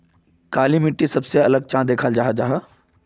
काली मिट्टी सबसे अलग चाँ दिखा जाहा जाहा?